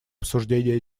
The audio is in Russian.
обсуждения